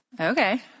okay